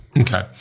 Okay